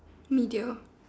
media